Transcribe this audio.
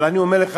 אבל אני אומר לך,